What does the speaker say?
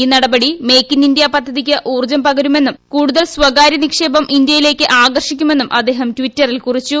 ഈ നടപടി make in India പദ്ധതിയ്ക്ക് ഊർജ്ജം പകരുമെന്നും കൂടുതൽ സ്വകാര്യ നിക്ഷേപം ഇന്ത്യയിലേയ്ക്ക് ആകർഷിക്കുമെന്നും അദ്ദേഹം ടിറ്ററിൽ കുറിച്ചു